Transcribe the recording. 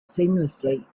seamlessly